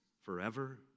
forever